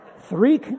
Three